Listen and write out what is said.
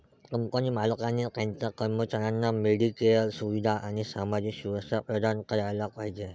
company मालकाने त्याच्या कर्मचाऱ्यांना मेडिकेअर सुविधा आणि सामाजिक सुरक्षा प्रदान करायला पाहिजे